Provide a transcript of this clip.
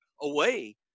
away